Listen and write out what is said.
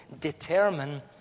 determine